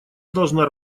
должна